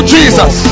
Jesus